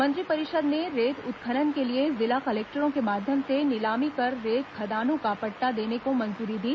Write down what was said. मंत्रिपिरषद ने रेत उत्खनन के लिए जिला कलेक्टरों के माध्यम से नीलामी कर रेत खदानों का पट्टा देने को मंजूरी दी